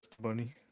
Bunny